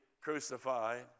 crucified